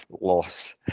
loss